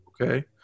Okay